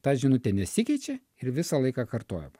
ta žinutė nesikeičia ir visą laiką kartojama